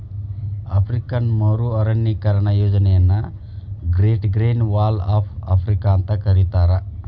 African ಮರು ಅರಣ್ಯೇಕರಣ ಯೋಜನೆಯನ್ನ great green wall of Africa ಅಂತ ಕರೇತಾರ